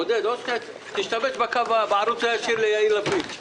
עודד, תשתמש בערוץ הישיר ליאיר לפיד.